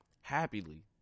happily